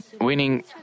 winning